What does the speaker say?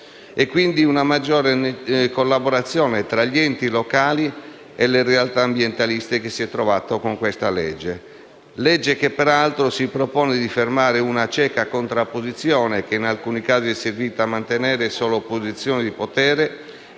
è trovata una maggiore collaborazione tra gli enti locali e le realtà ambientaliste; legge che peraltro si propone di fermare una cieca contrapposizione, che in alcuni casi è servita a mantenere solo posizioni di potere